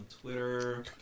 Twitter